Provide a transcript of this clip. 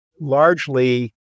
largely